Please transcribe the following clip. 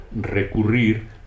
recurrir